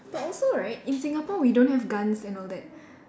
but also right in Singapore we don't have gun and all that